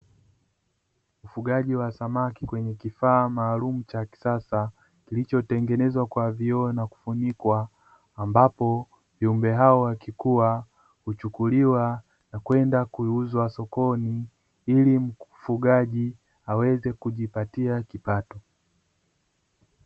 Ufugaji wa samaki kwenye kifaa maalumu cha kisasa kilichotengenezwa kwa vioo na kufunikwa ambapo viumbe hao wakikua, huchukuliwa na kwenda kuuzwa sokoni ili mfugaji aweze kujipatia kipato.